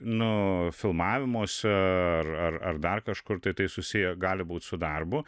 nu filmavimuose ar ar dar kažkur tai tai susiję gali būt su darbu